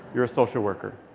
you're a social worker.